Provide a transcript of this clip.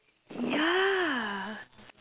yeah